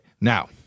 now